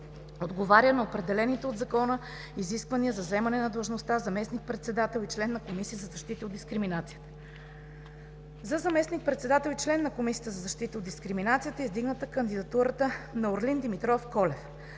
отговаря на определените от Закона изисквания за заемане на длъжността заместник-председател и член на Комисията за защита от дискриминацията. За заместник-председател и член на Комисията за защита от дискриминацията е издигната кандидатурата на Орлин Димитров Колев.